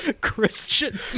Christian